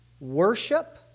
worship